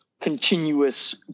continuous